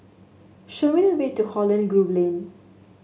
show me the way to Holland Grove Lane